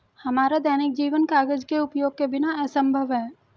हमारा दैनिक जीवन कागज के उपयोग के बिना असंभव है